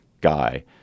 guy